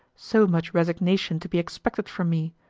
so much resignation to be expected from me!